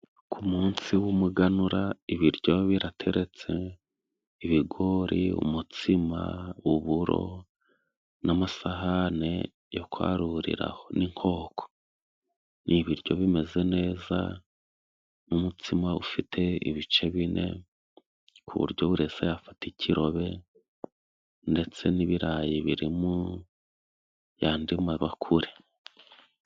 Ku umunsi w'umuganura ibiryo birateretse. Ibigori, umutsima, uburo n'amasahane yo kwarurira ho n'inkoko. Ni ibiryo bimeze neza n' umutsima ufite ibice bine ku uburyo buri wese yafata ikirobe, ndetse n'ibirayi biri mu ayandi mabakure.